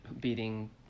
beating